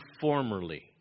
formerly